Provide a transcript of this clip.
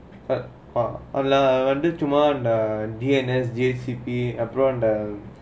but ah ah lah until tomorrow D_N_S D_S_G_P upon ah